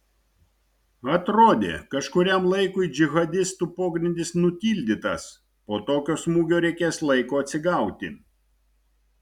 atrodė kažkuriam laikui džihadistų pogrindis nutildytas po tokio smūgio reikės laiko atsigauti